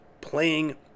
playing